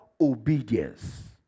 obedience